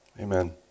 Amen